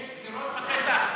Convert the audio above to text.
יש בחירות בפתח?